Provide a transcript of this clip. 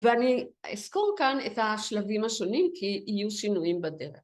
‫ואני אסכום כאן את השלבים השונים ‫כי יהיו שינויים בדרך.